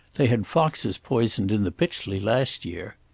they had foxes poisoned in the pytchley last year.